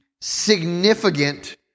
significant